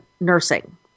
nursing